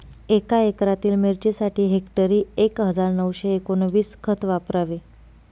एका एकरातील मिरचीसाठी हेक्टरी एक हजार नऊशे एकोणवीस खत वापरावे